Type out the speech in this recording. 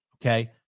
okay